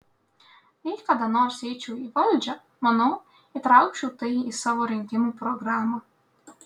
jei kada nors eičiau į valdžią manau įtraukčiau tai į savo rinkimų programą